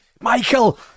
Michael